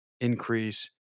increase